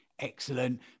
Excellent